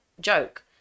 joke